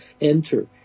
enter